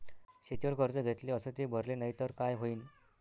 शेतीवर कर्ज घेतले अस ते भरले नाही तर काय होईन?